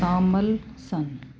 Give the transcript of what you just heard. ਸ਼ਾਮਲ ਸਨ